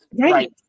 Right